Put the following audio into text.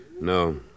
No